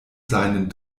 seinen